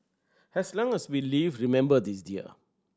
as long as we live remember this dear